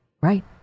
right